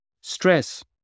stress